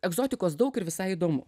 egzotikos daug ir visai įdomu